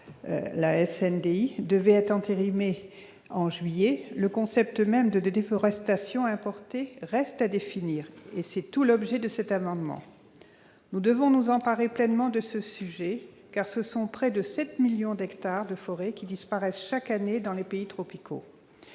la SNDI, devrait être entérinée au mois de juillet prochain, le concept même de déforestation importée reste à définir. C'est tout l'objet de cet amendement. Nous devons nous emparer pleinement de ce sujet, car ce sont près de 7 millions d'hectares de forêt qui disparaissent chaque année dans les pays tropicaux,